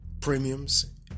premiums